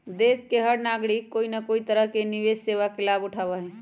देश के हर नागरिक कोई न कोई तरह से निवेश सेवा के लाभ उठावा हई